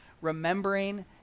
remembering